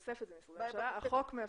בתוספת אלה משרדי הממשלה אבל החוק מאפשר